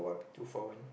two four one